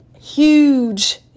huge